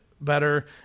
better